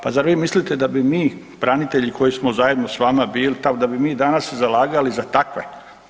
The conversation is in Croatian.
Pa zar vi mislite da bi mi branitelji koji smo zajedno s vama bili tamo da bi mi danas se zalagali za takve?